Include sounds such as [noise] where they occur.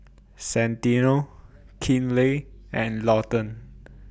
Santino Kinley and Lawton [noise]